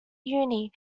uni